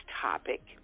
topic